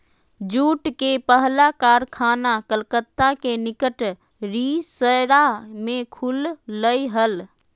jute के पहला कारखाना कलकत्ता के निकट रिसरा में खुल लय हल